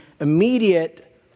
immediate